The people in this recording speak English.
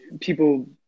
people